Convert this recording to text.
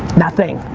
nothing.